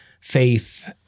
faith